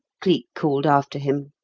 cleek called after him.